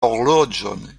horloĝon